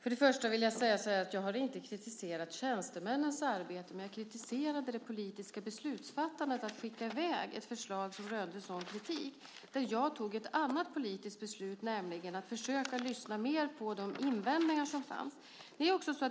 Herr talman! Jag har inte kritiserat tjänstemännens arbete, men jag kritiserade det politiska beslutsfattandet att skicka i väg ett förslag som rönte sådan kritik. Jag tog ett annat politiskt beslut, nämligen att försöka lyssna mer på de invändningar som fanns.